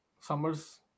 summers